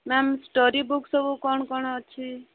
ma'am story book ସବୁ କ'ଣ କ'ଣ ଅଛି